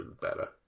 better